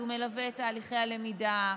שהוא מלווה את תהליכי הלמידה.